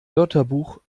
wörterbuch